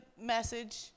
message